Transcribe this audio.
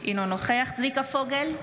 אינו נוכח צביקה פוגל,